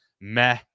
Meh